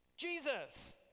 Jesus